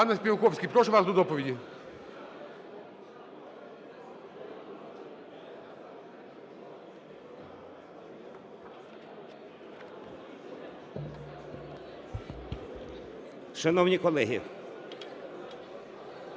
Пане Співаковський, прошу вас до доповіді.